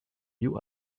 you